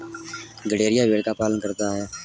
गड़ेरिया भेड़ का पालन करता है